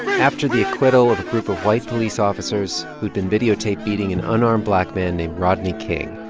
after the acquittal of a group of white police officers who'd been videotaped beating an unarmed black man named rodney king,